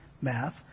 math